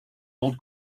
old